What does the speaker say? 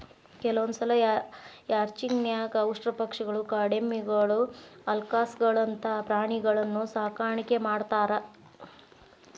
ಕೆಲವಂದ್ಸಲ ರ್ಯಾಂಚಿಂಗ್ ನ್ಯಾಗ ಉಷ್ಟ್ರಪಕ್ಷಿಗಳು, ಕಾಡೆಮ್ಮಿಗಳು, ಅಲ್ಕಾಸ್ಗಳಂತ ಪ್ರಾಣಿಗಳನ್ನೂ ಸಾಕಾಣಿಕೆ ಮಾಡ್ತಾರ